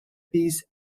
piece